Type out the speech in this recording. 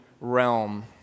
realm